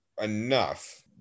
enough